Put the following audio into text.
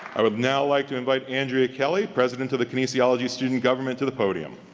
i would now like to invite andrea kelly, president of the kinesiology student government to the podium.